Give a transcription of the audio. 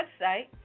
website